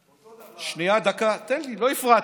אותו דבר, שנייה, לא הפרעתי.